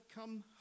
come